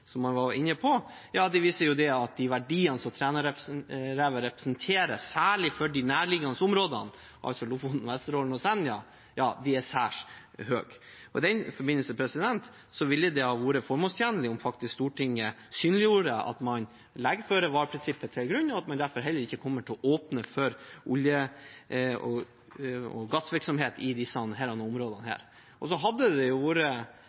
som man var inne på – viser at de verdiene som Trænarevet representerer, særlig for de nærliggende områdene, altså Lofoten, Vesterålen og Senja, er særs høye. I den forbindelse ville det ha vært formålstjenlig om Stortinget synliggjorde at man legger føre-var-prinsippet til grunn, og at man derfor heller ikke kommer til å åpne for olje- og gassvirksomhet i disse